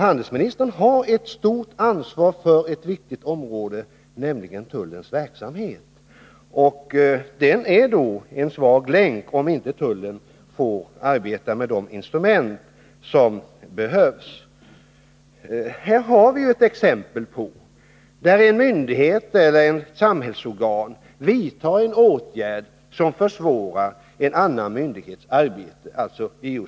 Handelsministern har ett stort ansvar för ett viktigt område, nämligen tullens verksamhet, och den blir en svag länk, om den inte får arbeta med de instrument som behövs. När det gäller JO:s uttalande, som kommit att tolkas på olika sätt, har vi ju här ett exempel på hur en myndighet eller ett samhällsorgan vidtar en åtgärd som försvårar en annan myndighets arbete.